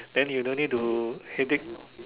then you don't need to headache